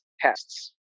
tests